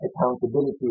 accountability